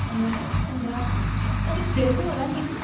हजुर अन्त अलिक फ्रेसै होला नि